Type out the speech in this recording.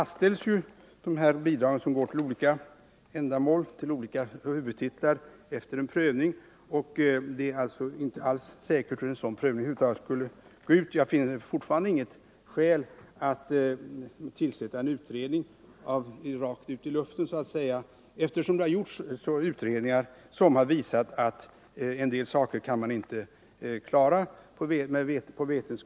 Storleken på de bidrag som går till olika huvudtitlar fastställs ju efter prövning, och man vet inte alls säkert hur en sådan prövning skulle utfalla. Jag finner fortfarande inget skäl att tillsätta en utredning rakt ut i luften så att säga, eftersom det redan har gjorts en del utredningar som visat att det finns saker som man inte kan klara ut.